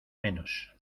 menos